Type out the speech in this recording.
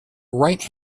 right